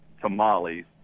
tamales